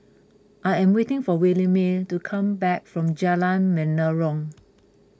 I am waiting for Williemae to come back from Jalan Menarong